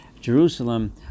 Jerusalem